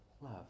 love